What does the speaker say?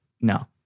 No